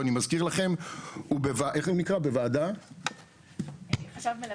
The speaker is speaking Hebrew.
ואני מזכיר לכם, הוא עם חשב מלווה.